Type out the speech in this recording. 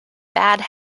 bad